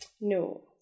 No